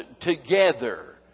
together